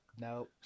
no